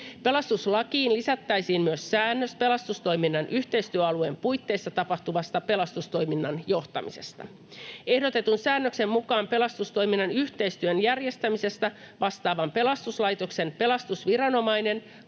Pelastuslakiin lisättäisiin myös säännös pelastustoiminnan yhteistyöalueen puitteissa tapahtuvasta pelastustoiminnan johtamisesta. Ehdotetun säännöksen mukaan pelastustoiminnan yhteistyön järjestämisestä vastaavan pelastuslaitoksen pelastusviranomainen